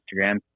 Instagram